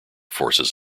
forces